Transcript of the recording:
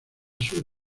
sur